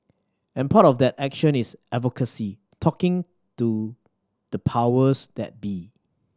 and part of that action is advocacy talking to the powers that be